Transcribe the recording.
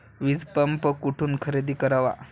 वीजपंप कुठून खरेदी करावा?